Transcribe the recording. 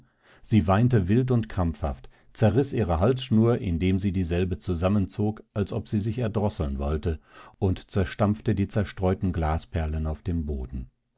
sie weinte wild und krampfhaft zerriß ihre halsschnur indem sie dieselbe zusammenzog als ob sie sich erdrosseln wollte und zerstampfte die zerstreuten glasperlen auf dem boden